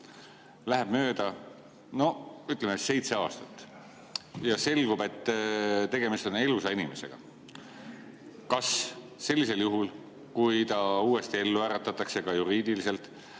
Läheb mööda, noh, ütleme, seitse aastat. Ja selgub, et tegemist on elusa inimesega. Kas sellisel juhul, kui ta uuesti ellu äratatakse, ka juriidiliselt,